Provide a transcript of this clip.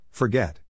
Forget